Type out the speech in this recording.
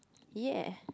yeah